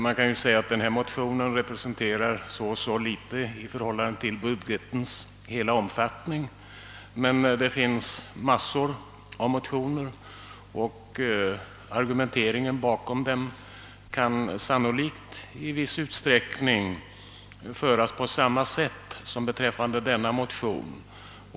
Man kan säga att denna motion representerar så och så litet i förhållande till budgetens hela omfattning, men det finns mängder av motioner om anslagshöjningar i vilka argumenteringen i viss utsträckning sannolikt kan föras på samma sätt som när det gäller denna motion.